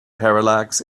parallax